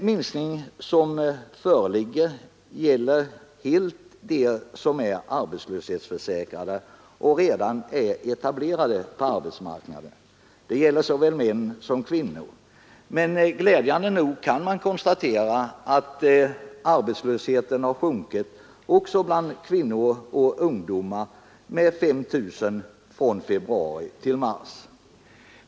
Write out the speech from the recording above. Minskningen av antalet arbetslösa gäller helt de arbetslöshetsförsäkrade som redan är etablerade på arbetsmarknaden. Det gäller såväl män som kvinnor. Men glädjande nog kan man konstatera att arbetslösheten sjunkit också bland kvinnor och ungdomar, med 5 000 från februari till mars.